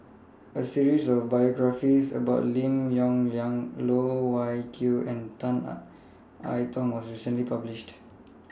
A series of biographies about Lim Yong Liang Loh Wai Kiew and Tan I Tong was recently published